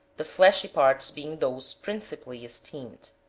the fleshy parts being those principally esteemed.